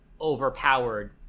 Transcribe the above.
overpowered